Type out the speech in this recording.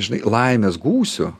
žinai laimės gūsių